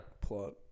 plot